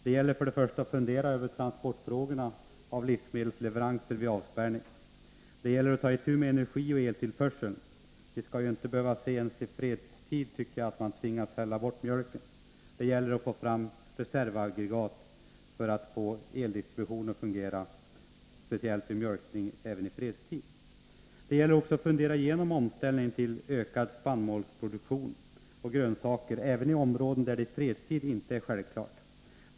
Det gäller för det första att fundera över transporterna av livsmedel vid en avspärrning. Det gäller för det andra att ta itu med energioch eltillförseln. Vi skall minst av allt i fredstid behöva se att man tvingas hälla bort mjölk. Vi måste få fram reservaggregat för att se till att eldistributionen speciellt vid mjölkning fungerar även i fredstid. Regeringen måste också tänka igenom omställningen till ökad produktion av spannmål och grönsaker, även i områden där det i fredstid inte är självklart med sådan produktion.